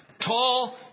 tall